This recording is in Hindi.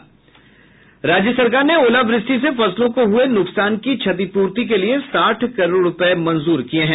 राज्य सरकार ने ओलावृष्टि से फसलों को हुये नुकसान की क्षतिपूर्ति के लिए साठ करोड़ रूपये मंजूर किये हैं